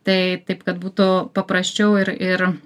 tai taip kad būtų paprasčiau ir ir